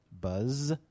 buzz